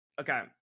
Okay